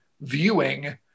viewing